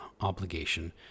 obligation